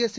SE